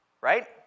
Right